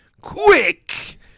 quick